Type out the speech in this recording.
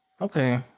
Okay